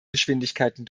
geschwindigkeiten